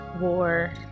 war